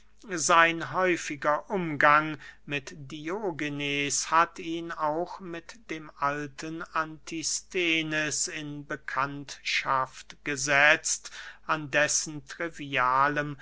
sein häufiger umgang mit diogenes hat ihn auch mit dem alten antisthenes in bekanntschaft gesetzt an dessen trivialen